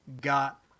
got